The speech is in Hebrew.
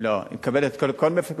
היא מדברת על קשישים.